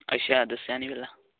ਅਛਾ ਦੱਸਿਆ ਨੀ